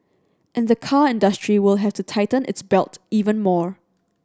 and the car industry will have to tighten its belt even more